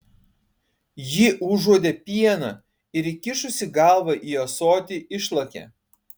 ji užuodė pieną ir įkišusi galvą į ąsotį išlakė